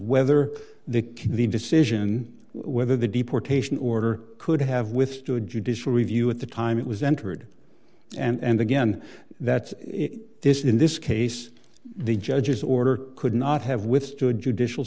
can the decision whether the deportation order could have withstood judicial review at the time it was entered and again that's this in this case the judge's order could not have withstood judicial